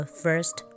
first